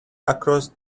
across